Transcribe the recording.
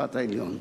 לבית-המשפט העליון.